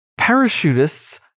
parachutists